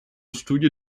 studio